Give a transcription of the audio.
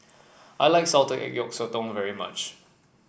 I like Salted Egg Yolk Sotong very much